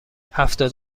هفتاد